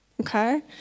okay